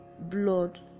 blood